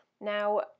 Now